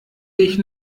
ich